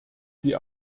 sie